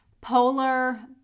Polar